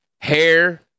hair